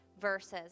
verses